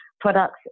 products